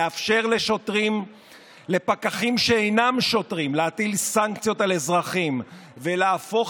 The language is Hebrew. לאפשר לפקחים שאינם שוטרים להטיל סנקציות על אזרחים ולהפוך